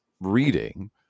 reading